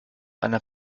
einer